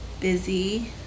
busy